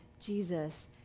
Jesus